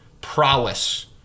prowess